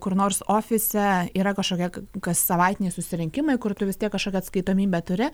kur nors ofise yra kažkokia kassavaitiniai susirinkimai kur tu vis tiek kažkokią atskaitomybę turi